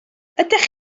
ydych